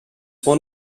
one